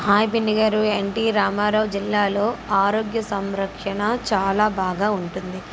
hi పిన్నిగారు NT Ramarao జిల్లాలో ఆరోగ్య సంరక్షణ చాలా బాగా ఉంటుంది